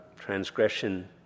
transgression